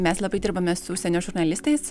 mes labai dirbame su užsienio žurnalistais